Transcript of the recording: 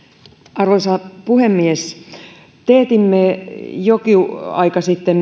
arvoisa puhemies teetimme jokin aika sitten